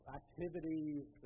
activities